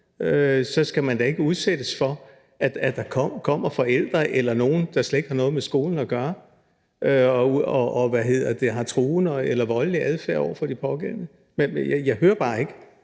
så skal man da ikke udsættes for, at der kommer forældre eller nogen, der slet ikke har noget med skolen at gøre, med en truende eller voldelig adfærd. Jeg hører bare ikke